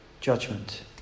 judgment